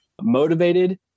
motivated